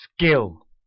skill